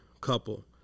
couple